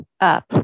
up